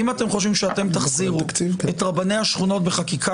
אם אתם חושבים שאתם תחזירו את רבני השכונות בחקיקה